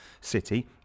City